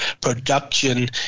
production